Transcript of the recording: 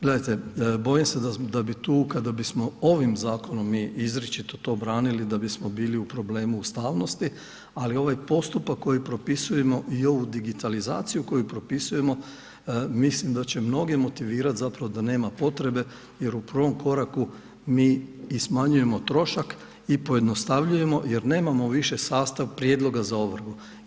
Gledajte bojim se da bi tu kada bismo ovim zakonom mi izričito to branili sada bismo bili u problemu ustavnosti ali ovaj postupak koji propisujemo i ovu digitalizaciju koju propisujemo mislim da će mnoge motivirati zapravo da nema potrebe jer u prvom koraku mi i smanjujemo troška i pojednostavljujemo jer nemamo više sastav prijedloga za ovrhu.